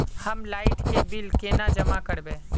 हम लाइट के बिल केना जमा करबे?